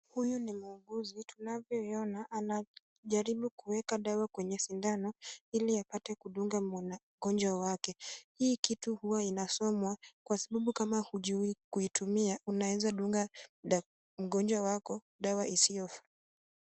Huyu ni muuguzi. Tunavyoiona anajaribu kuweka dawa kwenye sindano ili apate kudunga mgonjwa wake. Hii kitu huwa inasomwa kwa sababu kama hujiui kuitumia, unaweza dunga mgonjwa wako dawa isiyofaa.